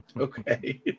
Okay